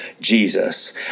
Jesus